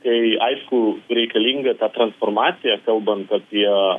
kai aišku reikalinga ta transformacija kalbant apie